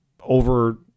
over